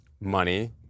money